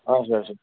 اَچھا اَچھا